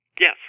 Yes